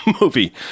movie